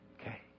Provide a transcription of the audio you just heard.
Okay